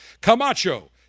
Camacho